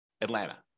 Atlanta